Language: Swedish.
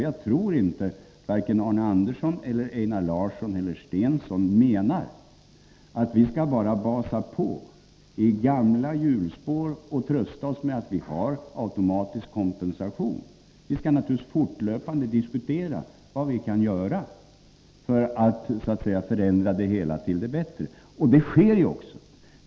Jag tror inte att vare sig Arne Andersson, Einar Larsson eller Börje Stensson menar att vi bara skall basa på i gamla hjulspår och trösta oss med att vi har automatisk kompensation. Vi skall naturligtvis fortlöpande diskutera vad vi kan göra för att förändra det hela till det bättre. Så sker ju också.